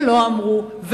ולא אמרו,